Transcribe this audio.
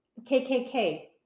KKK